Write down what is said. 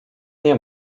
nie